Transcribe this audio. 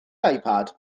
ipad